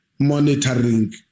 monitoring